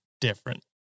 different